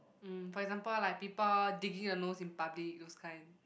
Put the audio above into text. mm for example like people digging the nose in public those kind